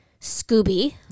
Scooby